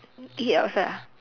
eat outside ah